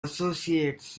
associates